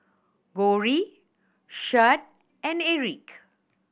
Cory Shad and Erik